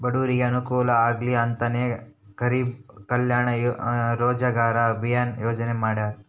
ಬಡೂರಿಗೆ ಅನುಕೂಲ ಆಗ್ಲಿ ಅಂತನೇ ಗರೀಬ್ ಕಲ್ಯಾಣ್ ರೋಜಗಾರ್ ಅಭಿಯನ್ ಯೋಜನೆ ಮಾಡಾರ